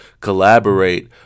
collaborate